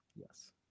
Yes